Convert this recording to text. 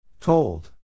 Told